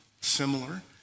similar